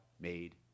made